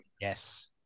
Yes